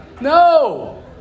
no